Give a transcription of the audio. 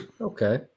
okay